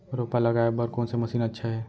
रोपा लगाय बर कोन से मशीन अच्छा हे?